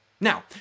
Now